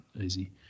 Easy